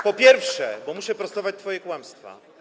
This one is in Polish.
Po pierwsze, muszę prostować twoje kłamstwa.